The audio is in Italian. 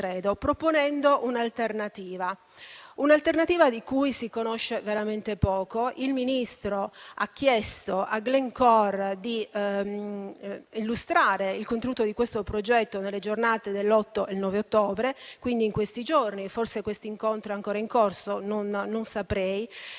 proponendo un'alternativa di cui si conosce veramente poco. Il Ministro ha chiesto a Glencore di illustrare il contenuto di questo progetto nelle giornate dell'8 e 9 ottobre, quindi in questi giorni. Forse questo incontro è ancora in corso. Tramite lei,